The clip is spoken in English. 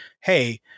hey